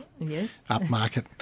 upmarket